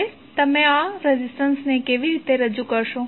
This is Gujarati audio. હવે તમે આ રેઝિસ્ટન્સને કેવી રીતે રજૂ કરશો